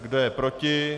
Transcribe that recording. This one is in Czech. Kdo je proti?